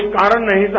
कोई कारण नही था